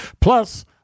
plus